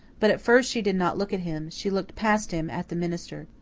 but at first she did not look at him she looked past him at the minister.